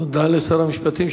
תודה לשר המשפטים.